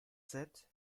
sept